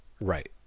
Right